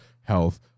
health